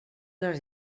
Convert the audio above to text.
les